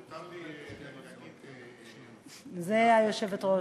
מותר לי להגיד, זה, היושבת-ראש.